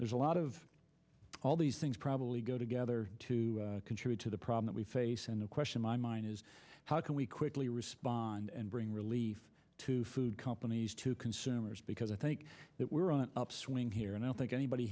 there's a lot of all these things probably go together to contribute to the problem we face and the question my mind is how can we quickly respond and bring relief to food companies to consumers because i think that we're on an upswing here and i don't think anybody